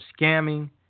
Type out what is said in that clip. scamming